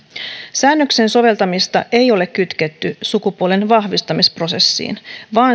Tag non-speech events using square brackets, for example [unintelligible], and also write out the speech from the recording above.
säännöksen soveltamista ei ole kytketty sukupuolenvahvistamisprosessiin vaan [unintelligible]